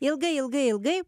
ilgai ilgai ilgai